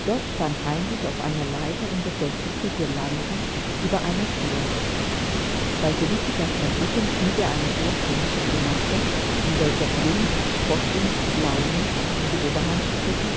dort stand heinrich auf einer leiter und befestigte guirlanden über einer thür bei felicitas erblicken schnitt er eine urkomische grimasse in welcher grimm spott und laune um die oberhand stritten